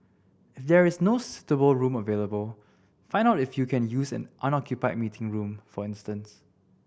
if there is no suitable room available find out if you can use an unoccupied meeting room for instance